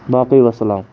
باقٕے وَسَلام